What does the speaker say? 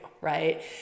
right